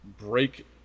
break